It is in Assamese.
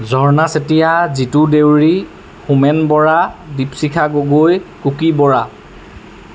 ঝৰ্ণা চেতিয়া জিতু দেউৰী হোমেন বৰা দ্বীপশিখা গগৈ কুকি বৰা